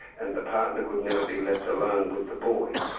and the partner could never be left alone with the boy.